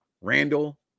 Randall